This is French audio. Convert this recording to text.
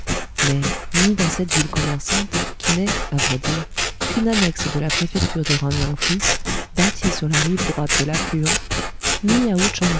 mais ni dans cette ville commerçante qui n'est à vrai dire qu'une annexe de la préfecture de ranyang fou bâtie sur la rive droite de l'affluent ni